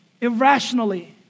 irrationally